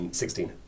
sixteen